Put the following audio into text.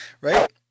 right